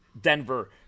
Denver